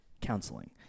counseling